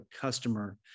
customer